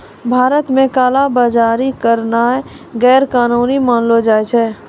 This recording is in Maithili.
भारत मे काला बजारी करनाय गैरकानूनी मानलो जाय छै